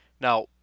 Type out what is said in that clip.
Now